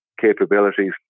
capabilities